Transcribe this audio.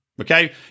Okay